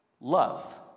love